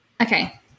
Okay